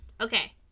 Okay